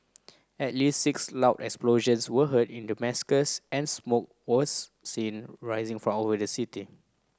at least six loud explosions were heard in Damascus and smoke was seen rising for over the city